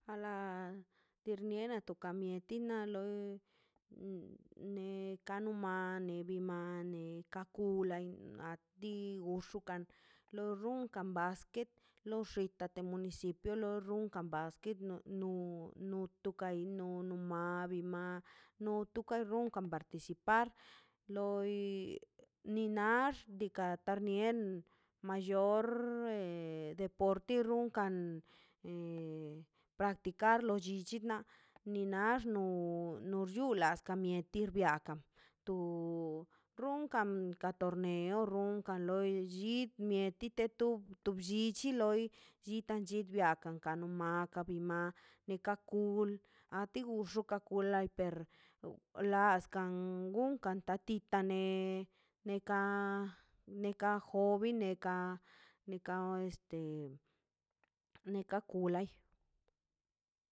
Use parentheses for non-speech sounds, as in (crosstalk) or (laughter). Ala tirniena toka mieti na loi ne ka kanumani bimane gakulei a ti guxo nati lo runkan basquet lo xita lo municipio lo basquet no no tokai no no mabi ma no toka ronkan maite (noise) anticipar loi ni nax dika tarnien mallor de deporte run practicar lo llichina ni nax no nor llula kaz mieti biarkan to tunkan ka torneo runkan loi lo llichi mieti ti bllichi loi chitan chi biakan lo maka bi ma neka kul naxi xullo ka kul kulai per laskan gukan tatitan ne neka neka jovin nekane neka este neka kulai